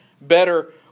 better